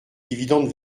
dividendes